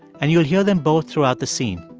and you'll hear them both throughout the scene.